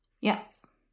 Yes